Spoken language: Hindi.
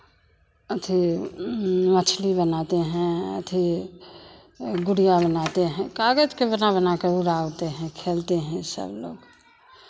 अथी मछली बनाते हैं अथी गुड़िया बनाते हैं कागज़ के बना बना के उड़ाते हैं खेलते हैं सब लोग